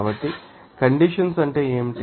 కాబట్టి కండెన్సషన్ అంటే ఏమిటి